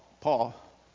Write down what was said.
Paul